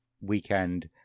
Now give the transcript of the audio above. weekend